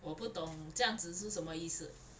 我不懂这样子是什么意思